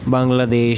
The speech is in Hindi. बांग्लादेश